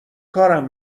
کارم